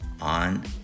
on